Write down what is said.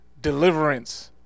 deliverance